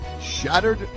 Shattered